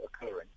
occurring